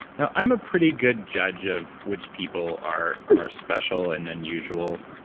now, i'm a pretty good judge of which people are special and unusual.